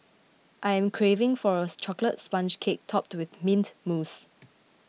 I am craving for a Chocolate Sponge Cake Topped with Mint Mousse